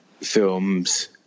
films